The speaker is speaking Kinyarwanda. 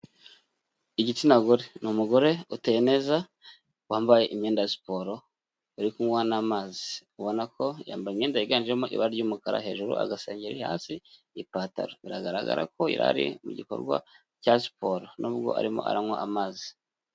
Igitsina gore ni umugore uteteza wambaye imyenda ya siporo uri kunywa n'amazi ubona ko yambaye imyenda yiganjemo ibara ry'umukara, hejuru agasengeri hasi ipantaro, biragaragara ko yari ari mu gikorwa cya siporo nubwo arimo aranywa amazi.